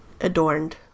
adorned